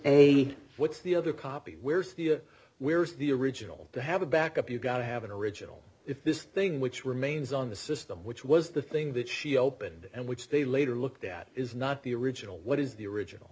a what's the other copy where's the where's the original to have a back up you've got to have an original if this thing which remains on the system which was the thing that she opened and which they later looked at is not the original what is the original